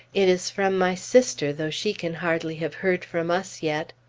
it is from my sister, though she can hardly have heard from us yet!